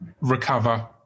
recover